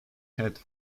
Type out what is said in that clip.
head